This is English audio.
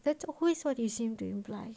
that's always what you seem to imply